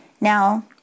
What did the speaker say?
Now